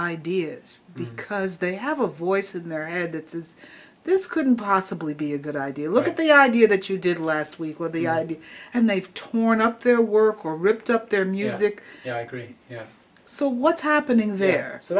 ideas because they have a voice in their head that says this couldn't possibly be a good idea look at the idea that you did last week with the idea and they've torn up their work or ripped up their music and i agree yeah so what's happening there so